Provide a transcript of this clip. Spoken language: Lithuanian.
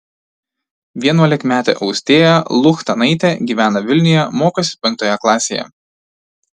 vienuolikmetė austėja luchtanaitė gyvena vilniuje mokosi penktoje klasėje